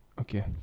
okay